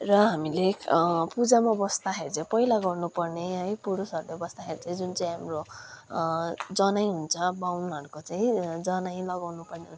र हामीले पूजामा बस्दाखेरि चाहिँ पहिला गर्नुपर्ने है पुरुषहरूले बस्दाखेरि चाहिँ जुन चाहिँ हाम्रो जनै हुन्छ बाहुनहरूको चाहिँ जनै लगाउनुपर्ने हुन्छ